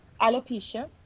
alopecia